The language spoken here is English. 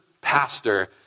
pastor